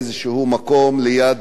באיזה מקום ליד